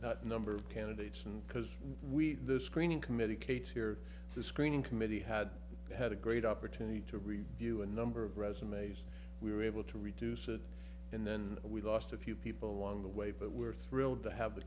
not number of candidates and because we the screening committee kate here the screening committee had had a great opportunity to review a number of resumes we were able to reduce it and then we lost a few people along the way but we're thrilled to have the